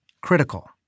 critical